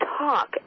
talk